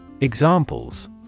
Examples